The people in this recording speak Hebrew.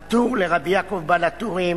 ה"טור" לרבי יעקב "בעל הטורים",